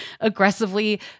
aggressively